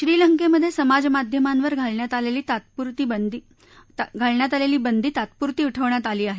श्रीलंकेमधे समाजमाध्यमांवर घालण्यात आलेली बंदी तात्पुरती उठवण्यात आली आहे